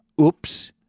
oops